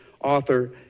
author